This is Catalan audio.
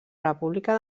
república